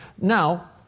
Now